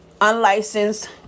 unlicensed